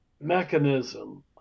mechanism